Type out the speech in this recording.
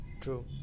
True